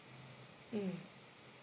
mm